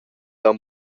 aunc